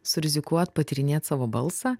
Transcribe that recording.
surizikuot patyrinėt savo balsą